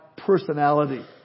personality